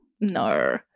No